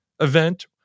event